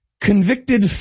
convicted